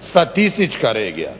statistička regija